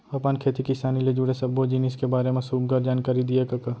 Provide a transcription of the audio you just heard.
अपन खेती किसानी ले जुड़े सब्बो जिनिस के बारे म बड़ सुग्घर जानकारी दिए कका